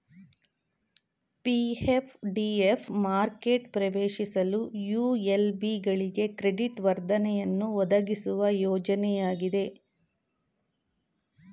PF DF ಮಾರುಕೆಟ ಪ್ರವೇಶಿಸಲು ULB ಗಳಿಗೆ ಕ್ರೆಡಿಟ್ ವರ್ಧನೆಯನ್ನು ಒದಗಿಸುವ ಯೋಜ್ನಯಾಗಿದೆ